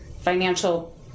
financial